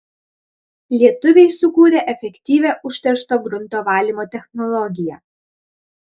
lietuviai sukūrė efektyvią užteršto grunto valymo technologiją